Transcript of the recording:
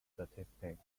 statistics